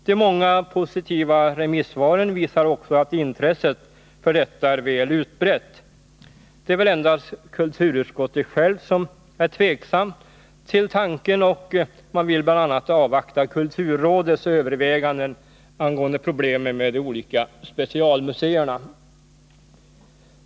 De många positiva remissvaren visar också att intresset för detta är väl utbrett. Det är väl endast kulturutskottet självt som är tveksamt till tanken, och man vill bl.a. avvakta kulturrådets överväganden angående problemen med de olika specialmuseerna.